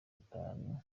atanu